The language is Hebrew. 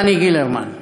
דני גילרמן.